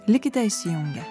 likite įsijungę